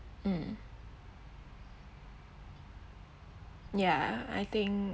um yeah I think